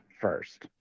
first